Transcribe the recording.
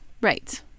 Right